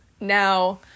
Now